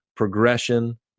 progression